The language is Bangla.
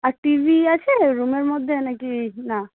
আর টি ভি আছে রুমের মধ্যে না কি না